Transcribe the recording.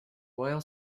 royal